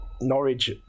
Norwich